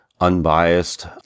unbiased